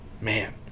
Man